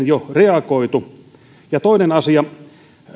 jo reagoitu ja toinen asia